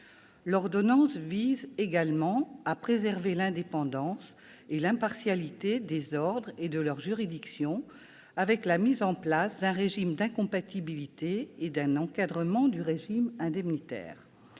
L'ordonnance tend également à préserver l'indépendance et l'impartialité des ordres et de leurs juridictions avec la mise en place d'un régime d'incompatibilité et d'un encadrement du régime indemnitaire.